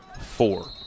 four